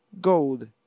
Gold